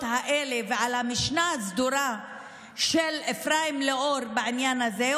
האלה ועל המשנה הסדורה של אפרים לאור בעניין הזה,